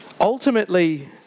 ultimately